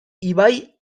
ibai